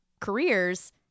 careers